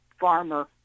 farmer